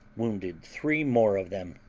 wounded three more of them.